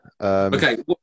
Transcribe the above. okay